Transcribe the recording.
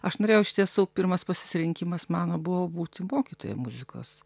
aš norėjau iš tiesų pirmas pasisrinkimas mano buvo būti mokytoja muzikos